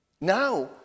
Now